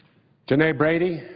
janae brady,